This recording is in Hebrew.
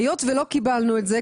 היות שלא קיבלנו את זה,